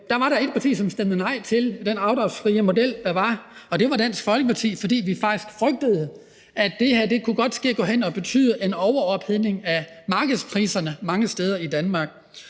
Da var der ét parti, som stemte nej til den afdragsfrie model, der var, og det var Dansk Folkeparti, fordi vi faktisk frygtede, at det her godt kunne komme til at betyde en overophedning af markedspriserne mange steder i Danmark.